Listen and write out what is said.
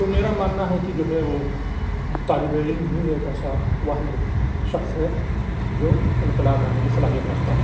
تو میرا ماننا ہے کہ جو ہے وہ طالب علم ہی ایک ایسا واحد شخص ہے جو انقلاب لانے کی صلاحیت رکھتا ہے